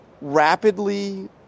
rapidly